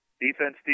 Defense